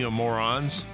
morons